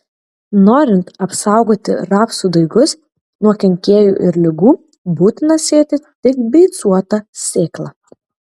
norint apsaugoti rapsų daigus nuo kenkėjų ir ligų būtina sėti tik beicuotą sėklą